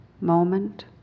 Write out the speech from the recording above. moment